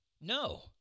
No